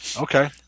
okay